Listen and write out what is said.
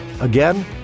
Again